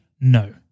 No